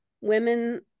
women